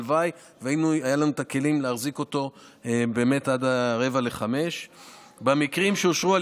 הלוואי והיו לנו הכלים להחזיק אותו עד 16:45. בכלים שאושרו על